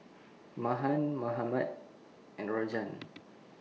Mahan Mahatma and Rajan